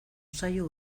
zaio